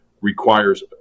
requires